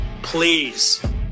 Please